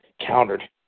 countered